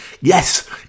Yes